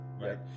right